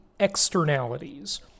externalities